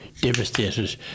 devastated